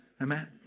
Amen